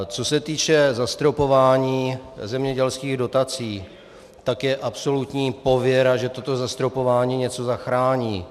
Co se týče zastropování zemědělských dotací, tak je absolutní pověra, že toto zastropování něco zachrání.